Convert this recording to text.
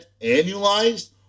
annualized